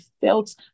felt